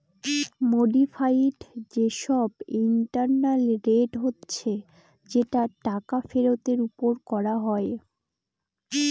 modified যে সব internal rate হচ্ছে যেটা টাকা ফেরতের ওপর করা হয়